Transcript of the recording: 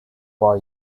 for